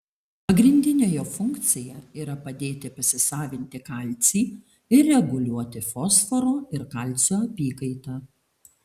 pagrindinė jo funkcija yra padėti pasisavinti kalcį ir reguliuoti fosforo ir kalcio apykaitą